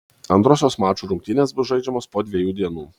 antrosios mačų rungtynės bus žaidžiamos po dviejų dienų